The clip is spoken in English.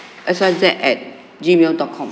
X Y Z at gmail dot com